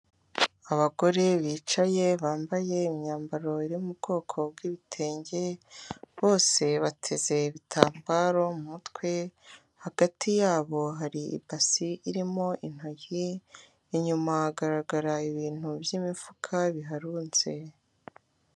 Abagore bicaye bambaye imyambaro yo mu bwoko bwibitenge bose bateze ibitambaro mu mutwe hagati yabo hari ibase irimo intoryi inyuma hagaragara ibintu byimifuka biharunze.